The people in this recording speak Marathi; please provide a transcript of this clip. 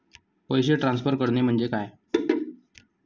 पैसे ट्रान्सफर करणे म्हणजे काय?